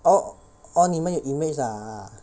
oh oh 你们有 image lah ah